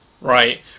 Right